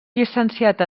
llicenciat